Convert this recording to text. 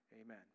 Amen